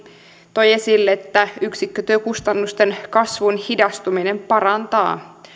toi esille että yksikkötyökustannusten kasvun hidastuminen parantaa